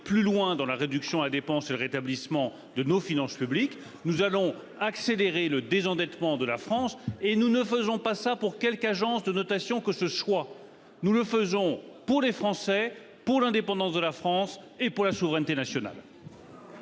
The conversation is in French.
plus loin dans la réduction à dépenser le rétablissement de nos finances publiques, nous allons accélérer le désendettement de la France et nous ne faisons pas ça pour quelques agences de notation, que ce soit nous le faisons pour les Français pour l'indépendance de la France et pour la souveraineté nationale.